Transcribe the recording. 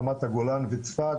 רמת הגולן וצפת